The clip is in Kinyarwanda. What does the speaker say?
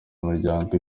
imiryango